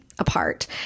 apart